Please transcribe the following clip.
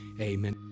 amen